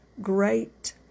great